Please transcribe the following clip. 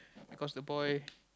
because the boy